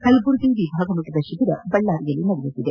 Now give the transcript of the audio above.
ಕಲಬುರಗಿ ವಿಭಾಗಮಟ್ಟದ ಶಿಬಿರ ಬಳ್ಳಾರಿಯಲ್ಲಿ ನಡೆಯುತ್ತಿದೆ